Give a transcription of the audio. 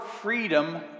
freedom